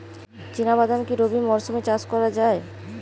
চিনা বাদাম কি রবি মরশুমে চাষ করা যায়?